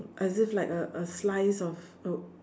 as if like a a slice of uh